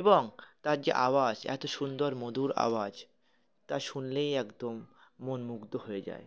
এবং তার যে আওয়াজ এত সুন্দর মধুর আওয়াজ তা শুনলেই একদম মনমুগ্ধ হয়ে যায়